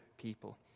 people